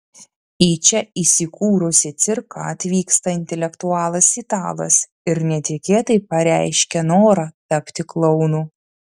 į čia įsikūrusį cirką atvyksta intelektualas italas ir netikėtai pareiškia norą tapti klounu